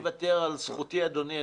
אני אוותר על זכותי, אדוני.